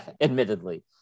admittedly